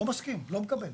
לא מסכים, לא מקבל.